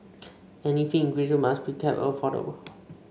any fee increase must be kept affordable